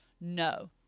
No